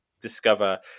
discover